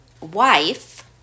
wife